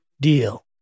deal